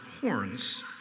horns